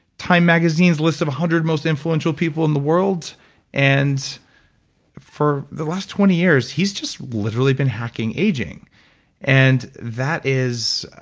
time magazine's list of one hundred most influential people in the world and for the last twenty years, he's just literally been hacking aging and that is